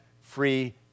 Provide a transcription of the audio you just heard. free